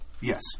Yes